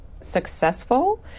successful